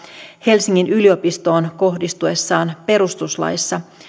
helsingin yliopistoon kohdistuessaan perustuslaissa